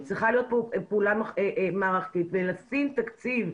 צריכה להיות פה פעולה מערכתית ולשים תקציב.